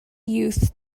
youth